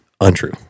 untrue